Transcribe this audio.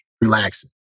relaxing